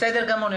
בסדר גמור.